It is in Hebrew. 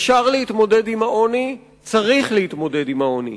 אפשר להתמודד עם העוני, צריך להתמודד עם העוני.